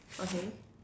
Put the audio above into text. okay